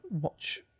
watch